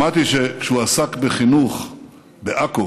שמעתי שכשהוא עסק בחינוך בעכו